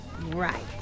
right